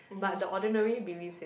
but the ordinary believes in